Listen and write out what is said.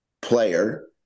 player